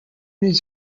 his